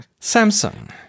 Samsung